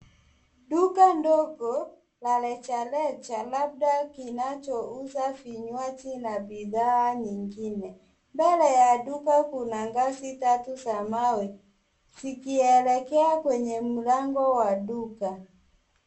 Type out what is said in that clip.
Duka ndogo la reja reja, labda kinachouza vinywaji na bidhaa nyingine. Mbele ya duka kuna ngazi tatu za mawe zikielekea kwenye mlango wa duka.